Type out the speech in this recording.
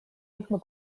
rühma